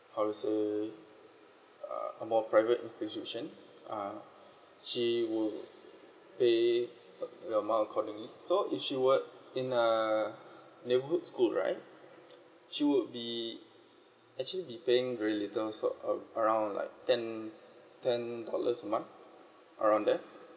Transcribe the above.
how to say a more private institution uh she would pay uh amount accordingly so if she were in a neighborhood school right she would be actually be paying very little so um around like ten ten dollars a month around there